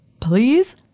please